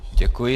Děkuji.